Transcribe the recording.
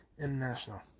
International